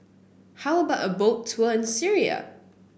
how about a Boat Tour in Syria